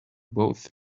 both